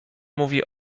mówi